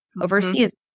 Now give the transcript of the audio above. overseas